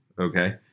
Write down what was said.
Okay